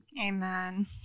Amen